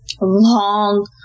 long